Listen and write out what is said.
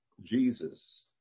Jesus